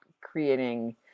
creating